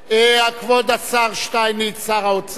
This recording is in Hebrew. כבוד השר שטייניץ, שר האוצר